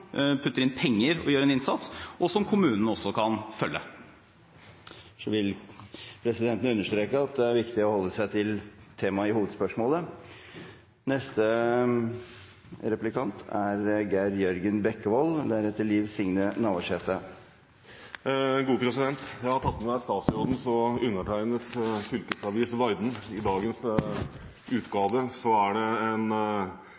putter inn penger og gjør en innsats, og som kommunen også kan følge. Presidenten vil understreke at det er viktig å holde seg til temaet i hovedspørsmålet. Geir Jørgen Bekkevold – til oppfølgingsspørsmål. Jeg har tatt med meg statsrådens og undertegnedes fylkesavis Varden. I dagens utgave er det en